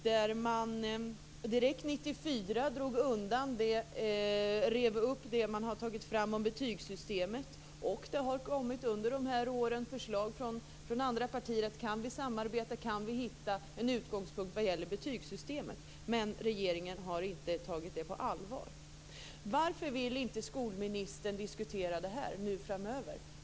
Direkt 1994 rev man upp det man hade tagit fram om betygssystemet. Det har under de här åren kommit förslag från andra partier. Kan vi samarbeta, kan vi hitta en utgångspunkt vad gäller betygssystemet. Men regeringen har inte tagit det på allvar. Varför vill inte skolministern diskutera detta framöver?